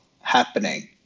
happening